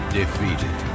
defeated